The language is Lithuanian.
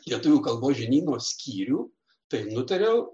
lietuvių kalbos žinyno skyrių tai nutariau